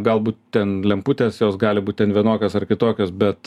galbūt ten lemputės jos gali būt ten vienokios ar kitokios bet